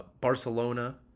Barcelona